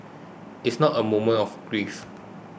it's not a moment of grief